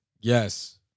Yes